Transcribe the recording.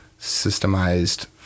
systemized